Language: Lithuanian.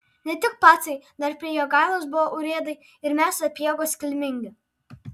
ne tik pacai dar prie jogailos buvo urėdai ir mes sapiegos kilmingi